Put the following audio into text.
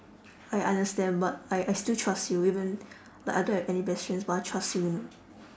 I understand but I I still trust you even like I don't have any best friends but I trust you